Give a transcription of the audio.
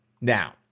Now